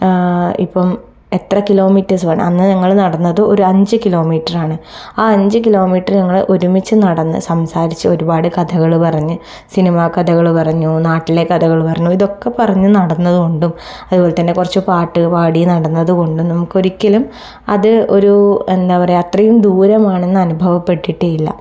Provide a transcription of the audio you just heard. ഇപ്പം എത്ര കിലോമീറ്റേഴ്സ് വേണം അന്ന് ഞങ്ങൾ നടന്നത് ഒരു അഞ്ച് കിലോമീറ്റർ ആണ് ആ അഞ്ച് കിലോമീറ്റർ ഞങ്ങൾ ഒരുമിച്ച് നടന്ന് സംസാരിച്ചു ഒരുപാട് കഥകൾ പറഞ്ഞു സിനിമ കഥകൾ പറഞ്ഞു നാട്ടിലെ കഥകൾ പറഞ്ഞു ഇതൊക്കെ പറഞ്ഞു നടന്നതു കൊണ്ടും അതുപോലെ തന്നെ കുറച്ച് പാട്ട് പാടി നടന്നതുകൊണ്ടും നമുക്കൊരിക്കലും അത് ഒരു എന്താണ് പറയുക അത്രയും ദൂരമാണെന്ന് അനുഭവപ്പെട്ടിട്ടേ ഇല്ല